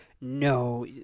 no